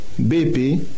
BP